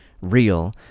real